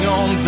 on